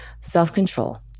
Self-control